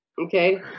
Okay